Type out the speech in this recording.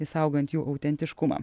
išsaugant jų autentiškumą